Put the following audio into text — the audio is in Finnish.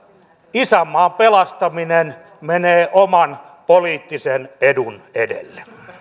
isänmaan pelastaminen menee oman poliittisen edun edelle